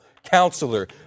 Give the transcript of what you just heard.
Counselor